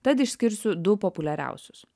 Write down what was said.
tad išskirsiu du populiariausius